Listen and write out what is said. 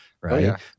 right